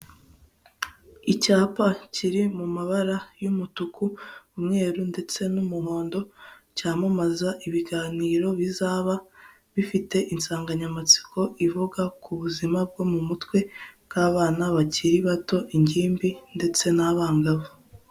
Icyapa kiri mu mabara y'umutuku umweru ndetse n'umuhondo cyamamaza ibiganiro bizaba bifite insanganyamatsiko ivuga ku buzima bwo mu mutwe bw'abana bakiri bato, ingimbi ndetse n'abangavu.